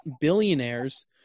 billionaires